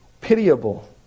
pitiable